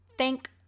Thank